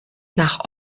nach